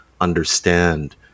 understand